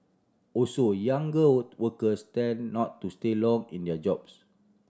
also younger workers tend not to stay long in their jobs